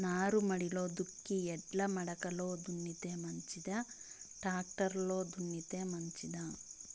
నారుమడిలో దుక్కి ఎడ్ల మడక లో మంచిదా, టాక్టర్ లో దున్నితే మంచిదా?